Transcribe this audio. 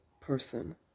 person